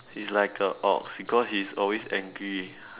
she is like a ox because she is always angry